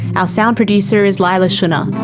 ah sound producer is leila shunnar,